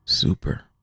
Super